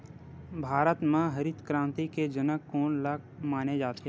भारत मा हरित क्रांति के जनक कोन ला माने जाथे?